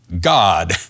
God